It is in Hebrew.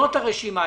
זאת הרשימה.